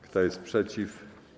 Kto jest przeciw?